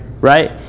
Right